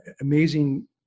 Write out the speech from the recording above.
amazing